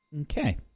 Okay